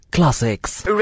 Classics